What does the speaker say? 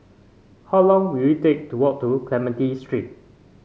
how long will it take to walk to Clementi Street